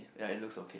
ya it looks okay